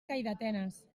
calldetenes